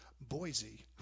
Boise